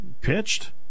pitched